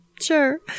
Sure